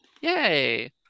yay